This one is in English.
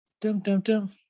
dum-dum-dum